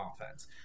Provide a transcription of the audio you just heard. offense